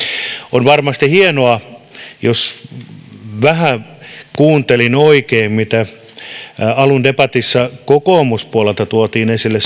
on varmasti hienoa jos vähän kuuntelin oikein mitä alun debatissa kokoomuspuolelta tuotiin esille